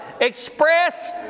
express